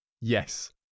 Yes